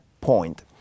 point